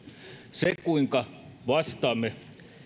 se kuinka vastaamme